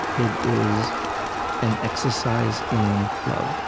it is an exercise in love